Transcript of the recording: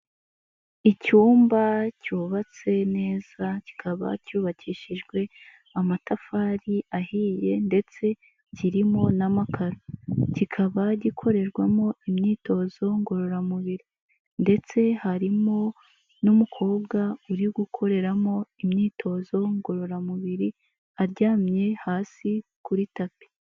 Icyumba cyubatse neza kikaba cyubakishijwe amatafari ahiye ndetse kirimo n'amatara. Kikaba gikorerwamo imyitozo ngororamubiri ndetse harimo n'umukobwa uri gukoreramo imyitozo ngororamubiri aryamye hasi kuri tapi.